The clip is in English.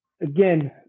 again